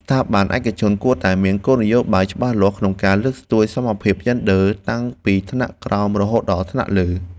ស្ថាប័នឯកជនគួរតែមានគោលនយោបាយច្បាស់លាស់ក្នុងការលើកស្ទួយសមភាពយេនឌ័រតាំងពីថ្នាក់ក្រោមរហូតដល់ថ្នាក់លើ។